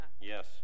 yes